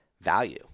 value